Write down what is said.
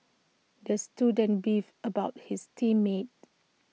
the student beefed about his team mates